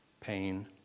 pain